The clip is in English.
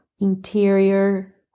interior